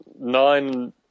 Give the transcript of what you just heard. nine